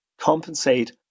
compensate